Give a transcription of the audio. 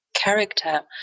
character